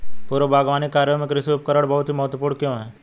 पूर्व बागवानी कार्यों में कृषि उपकरण बहुत महत्वपूर्ण क्यों है?